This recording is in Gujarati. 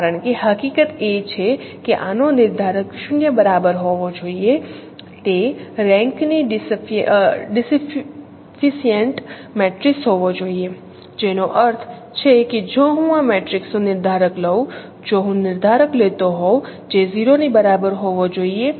કારણ કે હકીકત એ છે કે આનો નિર્ધારક 0 બરાબર હોવો જોઈએ તે રેન્ક ની ડિફીસિએન્ટ મેટ્રિક્સ હોવો જોઈએ જેનો અર્થ છે કે જો હું આ મેટ્રિક્સનો નિર્ધારક લઉં જો હું નિર્ધારક લેતો હોઉં જે 0 ની બરાબર હોવો જોઈએ